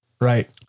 Right